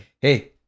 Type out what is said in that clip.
Hey